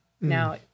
Now